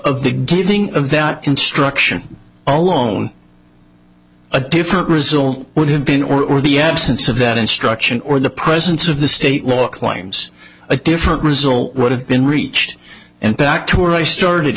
giving of that instruction alone a different result would have been or the absence of that instruction or the presence of the state more claims a different result would have been reached and back to where i started